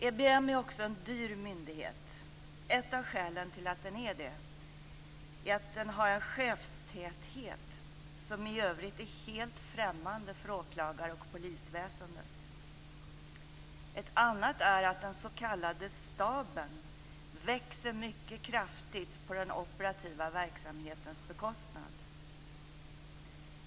EBM är också en dyr myndighet. Ett av skälen till det är att den har en chefstäthet som i övrigt är helt främmande för åklagar och polisväsendet. Ett annat är att den s.k. staben växer mycket kraftigt på den operativa verksamhetens bekostnad.